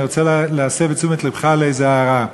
אני רוצה להסב את תשומת לבך לאיזו הערה.